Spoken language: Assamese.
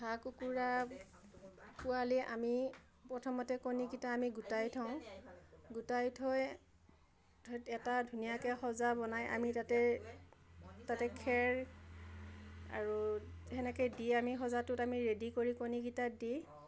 হাঁহ কুকুৰা পোৱালি আমি প্ৰথমতে কণীকেইটা আমি গোটাই থওঁ গোটাই থৈ এটা ধুনীয়াকৈ সঁজা বনাই আমি তাতে তাতে খেৰ আৰু সেনেকৈ দি আমি সজাতোত আমি ৰেডি কৰি কণীকেইটা দি